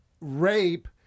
rape